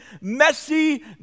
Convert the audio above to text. messy